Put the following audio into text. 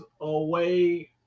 away